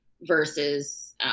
versus